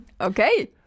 okay